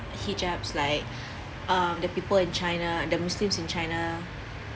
hijabs like uh the people in china the muslims in china